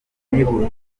ibyihutirwa